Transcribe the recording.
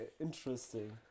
Interesting